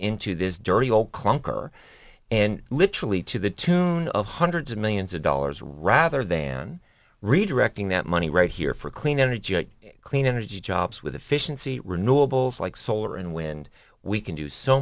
into this dirty old clunker and literally to the tune of hundreds of millions of dollars rather than redirecting that money right here for clean energy clean energy jobs with efficiency renewables like solar and wind we can do so